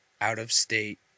out-of-state